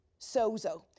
sozo